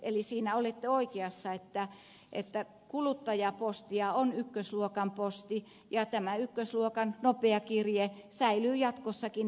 eli siinä olette oikeassa että kuluttajapostia on ykkösluokan posti ja tämä ykkösluokan nopea kirje säilyy jatkossakin